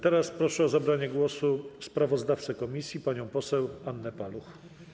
Teraz proszę o zabranie głosu sprawozdawcę komisji panią poseł Annę Paluch.